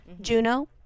Juno